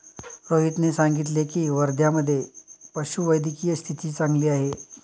रोहितने सांगितले की, वर्ध्यामधे पशुवैद्यकीय स्थिती चांगली आहे